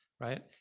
right